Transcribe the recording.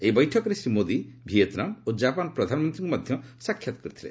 ଏହି ଅବସରରେ ଶ୍ରୀ ମୋଦୀ ଭିଏତନାମ ଓ ଜାପାନ ପ୍ରଧାନମନ୍ତ୍ରୀଙ୍କୁ ମଧ୍ୟ ସାକ୍ଷାତ କରିଥିଲେ